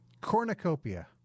cornucopia